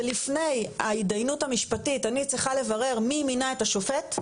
ולפני ההתדיינות המשפטית אני צריכה לברר מי מינה את השופט,